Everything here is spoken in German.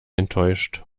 enttäuscht